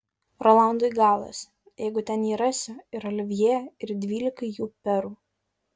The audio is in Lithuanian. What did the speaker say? rolandui galas jeigu ten jį rasiu ir olivjė ir dvylikai jų perų